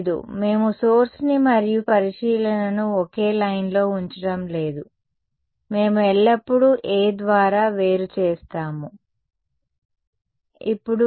లేదు మేము సోర్స్ ని మరియు పరిశీలనను ఒకే లైన్లో ఉంచడం లేదు మేము ఎల్లప్పుడూ A ద్వారా వేరు చేస్తాము ఇప్పుడు